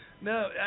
No